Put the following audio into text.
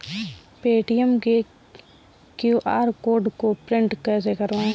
Paytm के QR code को print कैसे करवाएँ?